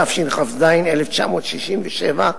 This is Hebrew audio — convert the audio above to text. התשכ"ז 1967,